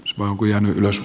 sponkujan ylös